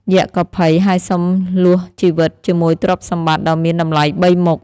យក្សក៏ភ័យ ហើយសុំលោះជីវិតជាមួយទ្រព្យសម្បត្តិដ៏មានតម្លៃបីមុខ។